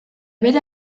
bere